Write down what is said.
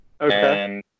Okay